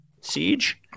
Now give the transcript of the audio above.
Siege